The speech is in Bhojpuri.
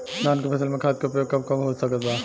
धान के फसल में खाद के उपयोग कब कब हो सकत बा?